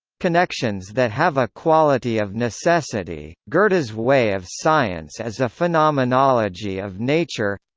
connections that have a quality of necessity goethe's way of science as a phenomenology of nature